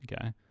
Okay